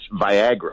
Viagra